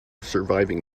surviving